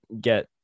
get